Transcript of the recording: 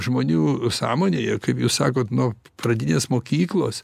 žmonių sąmonėje kaip jūs sakot nu pradinės mokyklos